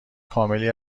کاملی